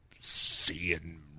seeing